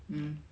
um